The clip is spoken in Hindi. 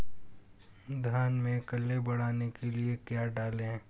धान में कल्ले बढ़ाने के लिए क्या डालें?